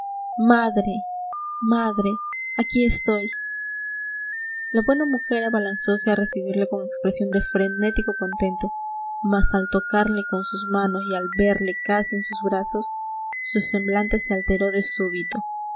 madre madre aquí estoy la buena mujer abalanzose a recibirle con expresión de frenético contento mas al tocarle con sus manos y al verle casi en sus brazos su semblante se alteró de súbito